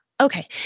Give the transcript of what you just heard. Okay